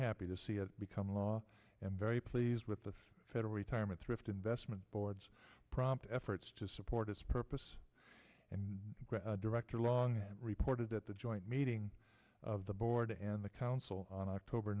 happy to see it become law and very pleased with the federal retirement thrift investment board's prompt efforts to support its purpose and director long reported at the joint meeting of the board and the council on october